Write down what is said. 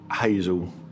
Hazel